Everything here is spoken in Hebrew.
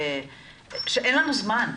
שאין לנו זמן.